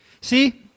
See